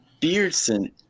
Beardson